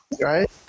Right